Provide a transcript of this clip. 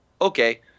Okay